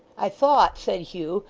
i thought said hugh,